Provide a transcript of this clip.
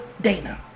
Dana